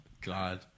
God